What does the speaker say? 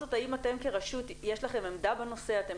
בכל זאת האם אתם כרשות יש לכם עמדה בנושא הזה,